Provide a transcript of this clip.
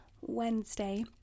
Wednesday